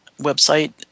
website